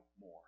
more